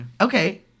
Okay